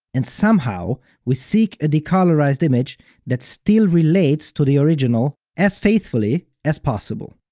and somehow we seek a decolorized image that still relates to the original as faithfully as possible.